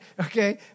Okay